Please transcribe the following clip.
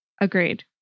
Agreed